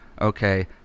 okay